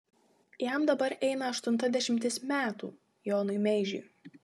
jam dabar eina aštunta dešimtis metų jonui meižiui